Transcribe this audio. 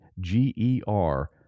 G-E-R